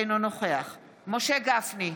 אינו נוכח משה גפני,